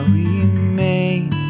remain